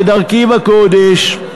כדרכי בקודש,